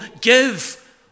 give